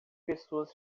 pessoas